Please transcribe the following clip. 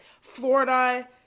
Florida